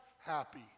happy